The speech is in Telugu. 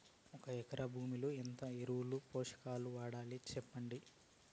ఒక ఎకరా భూమిలో ఎంత ఎరువులు, పోషకాలు వాడాలి సెప్పండి?